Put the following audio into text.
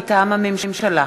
מטעם הממשלה: